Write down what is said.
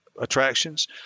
attractions